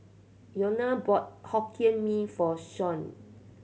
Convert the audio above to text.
Iona bought Hokkien Mee for Shanae